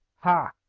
ha!